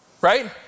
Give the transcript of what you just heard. Right